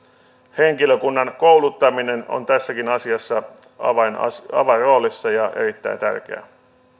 henkilökunnan kouluttaminen on tässäkin asiassa avainroolissa avainroolissa ja erittäin tärkeää